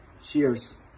Cheers